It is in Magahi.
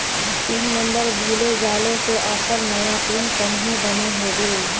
पिन नंबर भूले जाले से ऑफर नया पिन कन्हे बनो होबे?